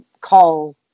call